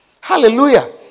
Hallelujah